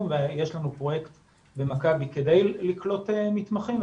ויש לנו פרויקט במכבי כדי לקלוט מתמחים,